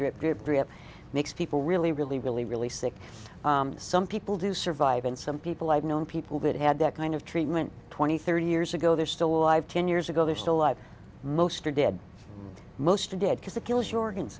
drip makes people really really really really sick some people do survive and some people i've known people that had that kind of treatment twenty thirty years ago they're still alive ten years ago they're still alive most are dead most are dead